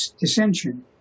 dissension